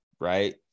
right